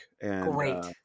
Great